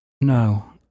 No